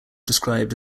described